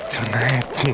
Tonight